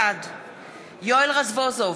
בעד יואל רזבוזוב,